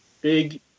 big